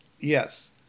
Yes